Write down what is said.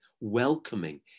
welcoming